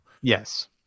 Yes